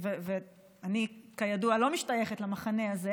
ואני כידוע לא משתייכת למחנה הזה,